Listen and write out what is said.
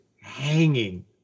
hanging